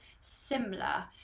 similar